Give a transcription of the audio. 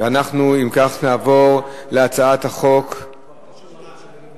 לפיכך אני קובע שהצעת חוק זכויות הסטודנט (תיקון מס' 4)